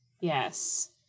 yes